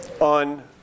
on